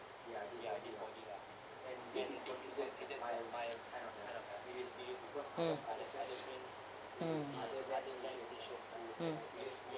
mm mm mm